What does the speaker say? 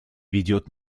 ведет